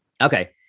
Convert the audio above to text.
Okay